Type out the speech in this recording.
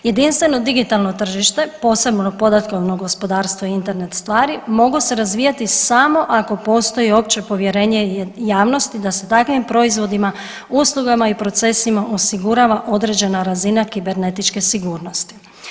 Jedinstveno digitalno tržište, posebno podatkovno gospodarstvo i Internet stvari mogu se razvijati samo ako postoji opće povjerenje javnosti da se takvim proizvodima, uslugama i procesima osigurava određena razina kibernetičke sigurnosti.